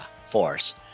force